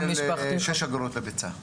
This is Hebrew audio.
6 אגורות לביצה.